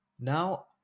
Now